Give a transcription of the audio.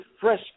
fresh